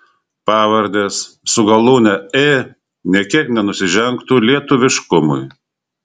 pavardės su galūne ė nė kiek nenusižengtų lietuviškumui